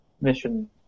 mission